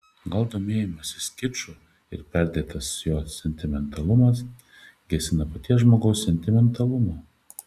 gal domėjimasis kiču ir perdėtas jo sentimentalumas gesina paties žmogaus sentimentalumą